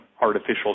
artificial